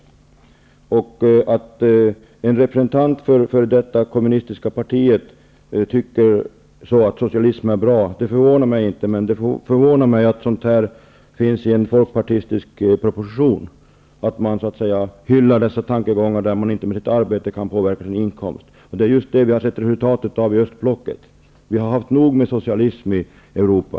Det förvånar mig inte att en representant för det kommunistiska partiet tycker att socialism är bra, men det förvånar mig att hitta sådant här i en folkpartistisk proposition, dvs. att man hyllar de tankegångar som går ut på att man inte medelst arbete kan påverka sin inkomst. Det är just detta som vi har sett resultatet av i östblocket. Vi har haft nog med socialism i Europa.